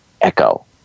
echo